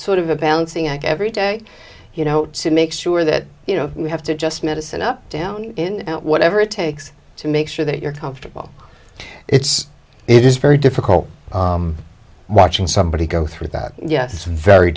sort of a balancing act every day you know to make sure that you know you have to just medicine up down in out whatever it takes to make sure that you're comfortable it's it is very difficult watching somebody go through that yes it's very